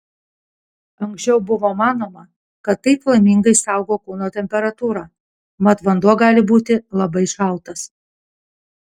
anksčiau buvo manoma kad taip flamingai saugo kūno temperatūrą mat vanduo gali būti labai šaltas